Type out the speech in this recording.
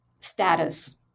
status